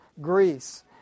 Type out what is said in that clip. Greece